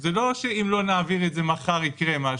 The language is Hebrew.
זה לא שאם לא נעביר את זה מחר יקרה משהו,